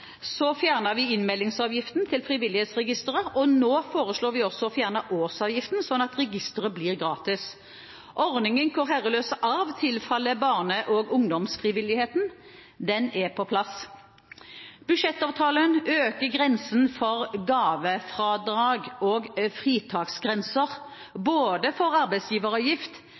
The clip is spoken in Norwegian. vi innmeldingsavgiften til Frivillighetsregisteret. Nå foreslår vi også å fjerne årsavgiften, slik at registeret blir gratis. Ordningen hvor «herreløs arv» tilfaller barne- og ungdomsfrivilligheten, er på plass. Budsjettavtalen øker grensen for gavefradrag og